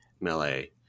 melee